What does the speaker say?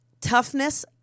toughness